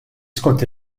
skont